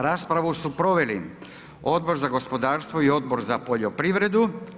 Raspravu su proveli Odbor za gospodarstvo i Odbor za poljoprivredu.